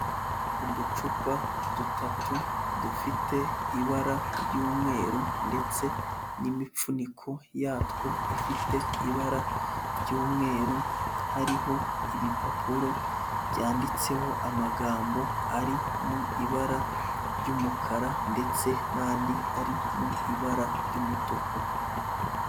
Uducupa dutatu dufite ibara ry'umweru ndetse n'imifuniko yatwo ifite ibara ry'umweru, hariho ibipapuro byanditseho amagambo ari mu ibara ry'umukara ndetse n'andi ari mu ibara ry'umutuku.